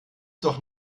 doch